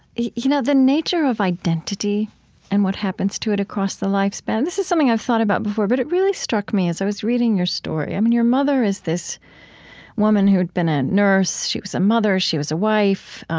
you know the nature of identity and what happens to it across the lifespan? this is something i've thought about before, but it really struck me as i was reading your story. i mean, your mother is this woman who'd been a nurse, she was a mother, she was a wife.